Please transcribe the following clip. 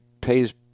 pays